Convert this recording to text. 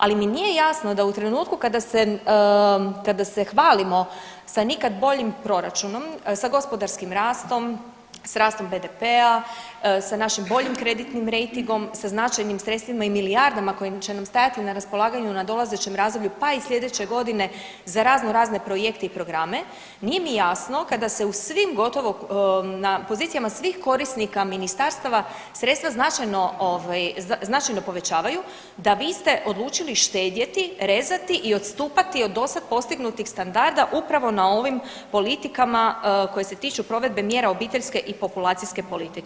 Ali mi nije jasno da u trenutku kada se hvalimo sa nikad boljim proračunom, sa gospodarskim rastom, s rastom BDP-a, sa našim boljim kreditnim rejtingom, sa značajnim sredstvima i milijardama koje će nam stajati na raspolaganju na dolazećem razdoblju pa i sljedeće godine za raznorazne projekte i programe, nije mi jasno kada se u svim gotovo pozicijama svih korisnika ministarstava sredstva značajno povećavaju da vi ste odlučili štedjeti, rezati i odstupati od dosad postignutih standarda upravo na ovim politikama koje se tiču provedbe mjera obiteljske i populacijske politike.